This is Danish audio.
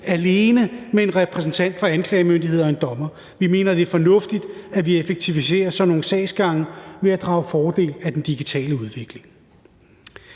alene med en repræsentant for anklagemyndigheden og en dommer. Vi mener, at det er fornuftigt, at vi effektiviserer sådan nogle sagsgange ved at drage fordel af den digitale udvikling.